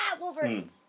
Wolverines